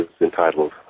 entitled